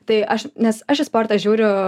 tai aš nes aš į sportą žiūriu